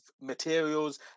materials